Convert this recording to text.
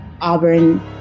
Auburn